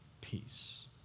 peace